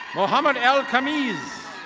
mohammad el camiz.